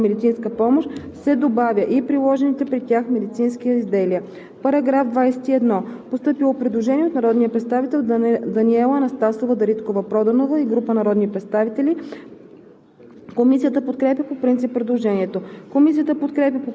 3. В ал. 4 след думите „неизплатени дейности в болничната медицинска помощ“ се добавя „и приложените при тях медицински изделия“.“ По § 21 е постъпило предложение от народния представител Даниела Анастасова Дариткова-Проданова и група народни представители.